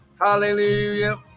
hallelujah